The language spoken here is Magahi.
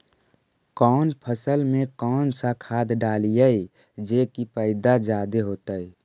कौन फसल मे कौन सा खाध डलियय जे की पैदा जादे होतय?